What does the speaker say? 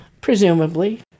Presumably